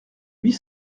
huit